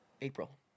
April